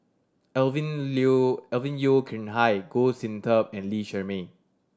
Alvin Alvin Yeo Khirn Hai Goh Sin Tub and Lee Shermay